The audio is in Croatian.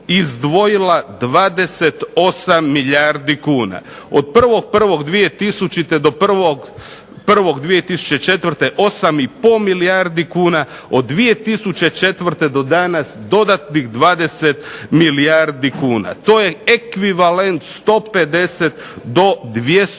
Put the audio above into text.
izdvojila 28 milijardi kuna. Od 1.1.2000. do 1.1.2004. 8 i pol milijardi kuna. Od 2004. do danas dodatnih 20 milijardi kuna. To je ekvivalent 150 do 200 tisuća